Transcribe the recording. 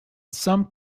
some